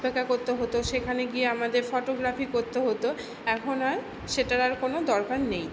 অপেক্ষা করতে হতো সেখানে গিয়ে আমাদের ফটোগ্রাফি করতে হতো এখন আর সেটার আর কোনো দরকার নেই